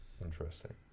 Interesting